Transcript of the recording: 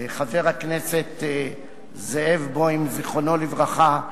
חבר הכנסת זאב בוים, זיכרונו לברכה,